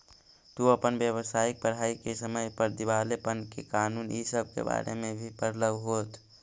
तू अपन व्यावसायिक पढ़ाई के समय पर दिवालेपन के कानून इ सब के बारे में भी पढ़लहू होत